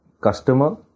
customer